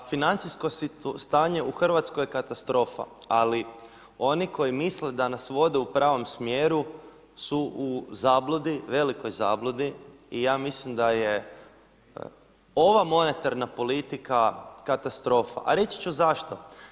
Pa financijsko stanje u Hrvatskoj je katastrofa, ali oni koji misle da nas vode u pravom smjeru su u zabludi, velikoj zabludi i ja mislim da je ova monetarna politika katastrofa, a reći ću zašto.